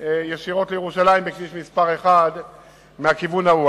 ישירות לירושלים בכביש מס' 1 מהכיוון ההוא.